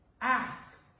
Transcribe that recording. ask